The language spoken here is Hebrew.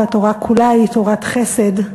והתורה כולה היא תורת חסד,